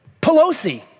Pelosi